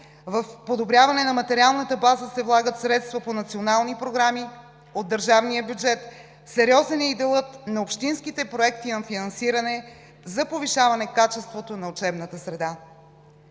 в подобряване на материалната база се влагат средства по национални програми от държавния бюджет, сериозен е и делът на общинските проекти на финансиране за повишаване качеството на учебната среда.